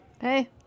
Hey